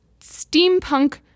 steampunk